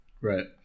Right